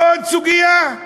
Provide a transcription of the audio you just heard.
עוד סוגיה.